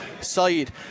side